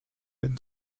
but